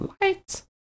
lights